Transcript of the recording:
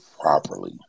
properly